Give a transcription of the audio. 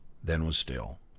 then was still.